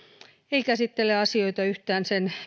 ei käsittele asioita yhtään sen